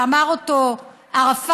שאמר אותו ערפאת,